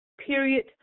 Period